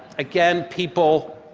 again, people,